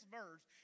verse